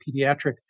pediatric